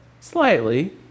slightly